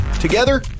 Together